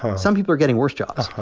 some people are getting worse jobs.